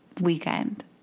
weekend